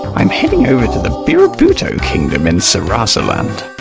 i'm heading over to the birabuto kingdom in sarasaland.